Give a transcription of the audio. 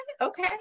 okay